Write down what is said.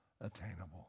attainable